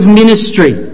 ministry